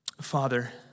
Father